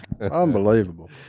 unbelievable